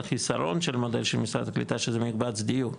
החיסרון של מודל משרד הקליטה שזה מקבץ דיור,